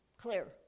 clear